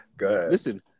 listen